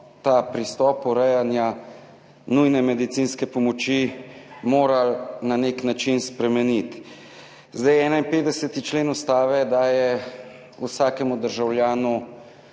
ta pristop urejanja nujne medicinske pomoči morali na nek način spremeniti. 51. člen Ustave daje vsakemu državljanu